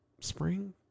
spring